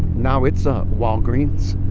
now it's a walgreens